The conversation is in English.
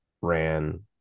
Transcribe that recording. ran